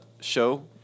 show